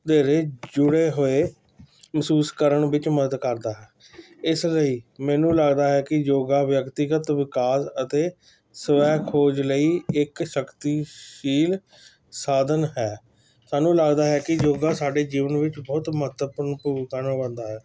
ਵਧੇਰੇ ਜੁੜੇ ਹੋਏ ਮਹਿਸੂਸ ਕਰਨ ਵਿੱਚ ਮਦਦ ਕਰਦਾ ਹੈ ਇਸ ਲਈ ਮੈਨੂੰ ਲੱਗਦਾ ਹੈ ਕਿ ਯੋਗਾ ਵਿਅਕਤੀਗਤ ਵਿਕਾਸ ਅਤੇ ਸਵੈ ਖੋਜ ਲਈ ਇੱਕ ਸ਼ਕਤੀਸ਼ੀਲ ਸਾਧਨ ਹੈ ਸਾਨੂੰ ਲੱਗਦਾ ਹੈ ਕਿ ਯੋਗਾ ਸਾਡੇ ਜੀਵਨ ਵਿੱਚ ਬਹੁਤ ਮਹੱਤਵਪੂਰਨ ਨਿਭਾਉਂਦਾ ਹੈ